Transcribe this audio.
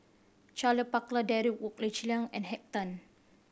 Charle Paglar Derek Wong Zi Liang and Henn Tan